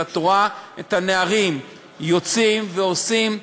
ואת רואה את הנערים יוצאים ועושים,